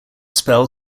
spell